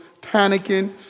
panicking